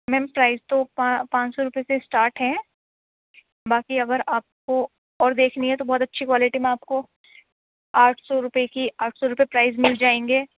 میم prize تو پاں پانچ سو روپئے سے اسٹارٹ ہیں باقی اگر آپ کو اور دیکھنی ہے تو بہت اچھی کوالٹی میں آپ کو آٹھ سو روپئے کی آٹھ سو روپئے پرائز مل جائیں گے